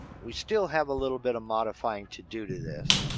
we still have a little bit of modifying to do to this.